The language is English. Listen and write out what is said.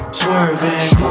swerving